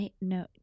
No